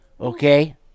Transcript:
Okay